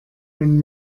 wenn